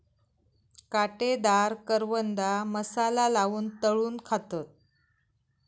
काटेदार करवंदा मसाला लाऊन तळून खातत